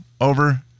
over